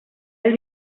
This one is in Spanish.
del